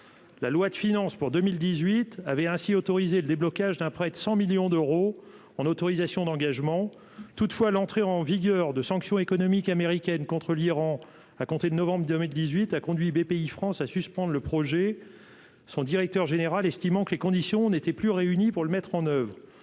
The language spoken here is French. la loi de finances pour 2018 avait ainsi autorisé le déblocage d'un prêt de 100 millions d'euros en autorisations d'engagement toutefois l'entrée en vigueur de sanctions économiques américaines contre l'Iran à compter de novembre 2018 a conduit BPIFrance à suspendre le projet, son directeur général, estimant que les conditions n'étaient plus réunies pour le mettre en oeuvre